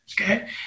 okay